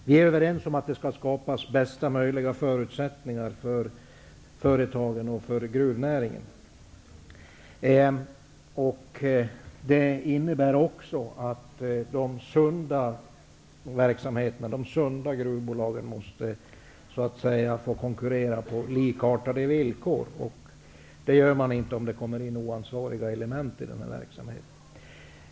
Vi är överens om att det skall skapas bästa möjliga förutsättningar för företagen och för gruvnäringen. Det innebär att de sunda verksamheterna, de sunda gruvbolagen, måste få konkurrera på likartade villkor. Det gör de inte, om det kommer in oansvariga element i verksamheten.